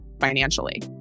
financially